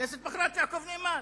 הכנסת בחרה את יעקב נאמן?